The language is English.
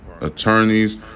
Attorneys